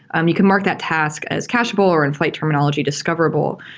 um you can mark that task as cachable, or in flyte terminology, discoverable,